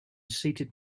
seated